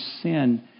sin